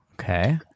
Okay